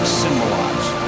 symbolize